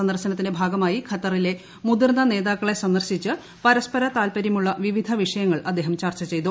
സന്ദർശനത്തിന്റെ ഭാഗമായി ഖത്തറിലെ മുതിർന്ന നേതാക്കളെ സന്ദർശിച്ച് പരസ്പര താൽപ്പര്യമുള്ള വിവിധ വിഷയങ്ങൾ അദ്ദേഹം ചർച്ച ചെയ്തു